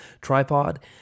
tripod